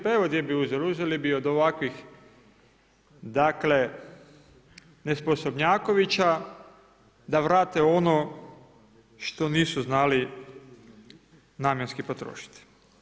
Pa evo gdje bi uzeli, uzeli bi od ovakvih nesposobnjakovića da vrate ono što nisu znali namjenski potrošiti.